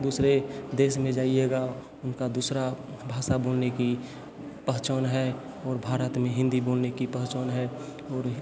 दूसरे देश में जाइएगा उनका दूसरा भाषा बोलने की पहचान है और भारत में हिंदी बोलने की पहचान है और